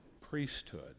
priesthood